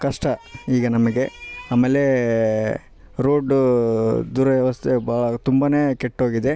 ಕಷ್ಟ ಈಗ ನಮಗೆ ಆಮೇಲೆ ರೋಡೂ ದುರ್ವ್ಯವಸ್ಥೆ ಭಾಳ ತುಂಬಾ ಕೆಟ್ಟೋಗಿದೆ